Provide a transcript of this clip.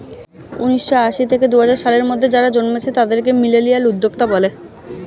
উন্নিশো আশি থেকে দুহাজার সালের মধ্যে যারা জন্মেছে তাদেরকে মিলেনিয়াল উদ্যোক্তা বলে